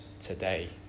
today